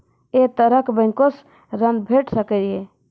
ऐ तरहक बैंकोसऽ ॠण भेट सकै ये?